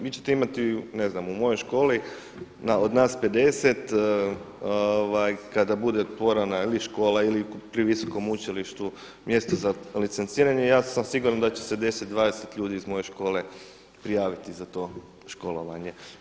Vi ćete imati u mojoj školi od nas 50 kada bude otvorena ili škola ili pri visokom učilištu mjesto za licenciranje, ja sam siguran da će se 10, 20 ljudi iz moje škole prijaviti za to školovanje.